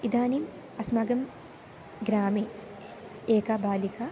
इदानीम् अस्माकं ग्रामे एका बालिका